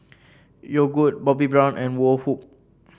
Yogood Bobbi Brown and Woh Hup